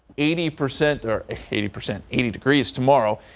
eighty percent or ah eighty percent eighty degrees tomorrow,